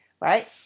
right